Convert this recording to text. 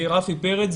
רפי פרץ,